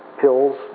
pills